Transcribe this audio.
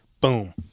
Boom